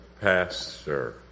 pastor